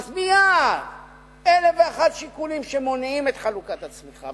אז מייד אלף ואחד שיקולים שמונעים את חלוקת הצמיחה.